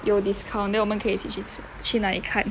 有 discount then 我们可以一起去吃去那里看